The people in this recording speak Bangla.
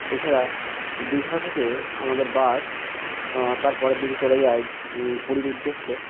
এছাড়া দীঘা থেকে আমাদের বাস তার পরের দিন চলে যায় পুরীর উদ্দেশ্যে